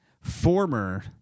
Former